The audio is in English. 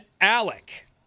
Alec